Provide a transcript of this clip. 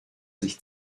sich